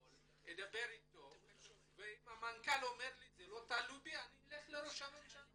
אדבר איתו ואם המנכ"ל יגיד שזה לא תלוי בו אני אלך לראש הממשלה.